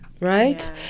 right